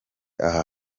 aha